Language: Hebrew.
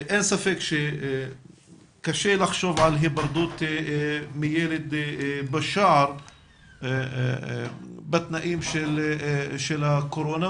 אין ספק שקשה לחשוב על היפרדות מילד בשער בתנאים של הקורונה,